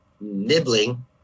nibbling